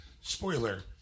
spoiler